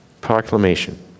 Proclamation